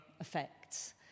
effects